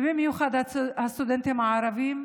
ובמיוחד הסטודנטים הערבים,